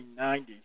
1990s